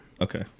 Okay